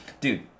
Dude